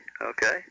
Okay